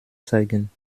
zeigen